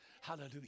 Hallelujah